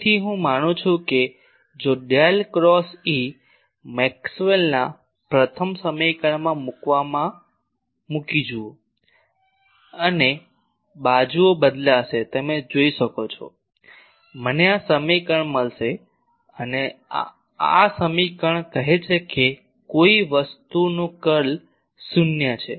ફરીથી હું માનું છું કે જો ડેલ ક્રોસ E મેક્સવેલના પ્રથમ સમીકરણ માં મૂકવામાં મૂકી જુઓ અને બાજુઓ બદલાશે તમે જોઈ શકો છો મને આ સમીકરણ મળશે અને આ સમીકરણ કહે છે કે કોઈ વસ્તુનું કર્લ શૂન્ય છે